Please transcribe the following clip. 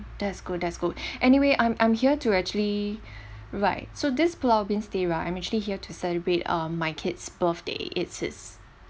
that's good that's good anyway I'm I'm here to actually right so this pulau ubin stay right I'm actually here to celebrate um my kid's birthday it's his